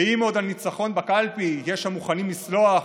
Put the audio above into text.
ואם על ניצחון בקלפי עוד יש המוכנים לסלוח,